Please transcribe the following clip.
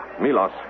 Milos